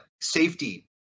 Safety